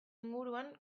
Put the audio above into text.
inguruan